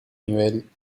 nivel